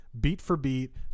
beat-for-beat